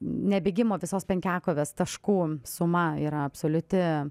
ne bėgimo visos penkiakovės taškų suma yra absoliuti